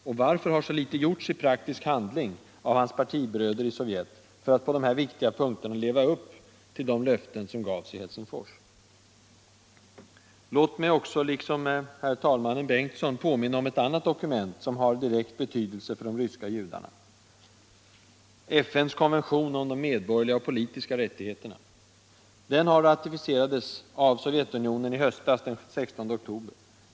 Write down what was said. Och varför har så litet gjorts i praktisk handling av hans partibröder i Sovjet för att på de här viktiga punkterna leva upp till de löften som gavs i Helsingfors? Låt mig också, som herr talmannen Bengtson, påminna om ett annat dokument som har direkt betydelse för de ryska judarna, nämligen FN:s konvention om de medborgerliga och politiska rättigheterna. Den ratificerades av Sovjetunionen i höstas, den 16 oktober.